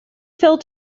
fell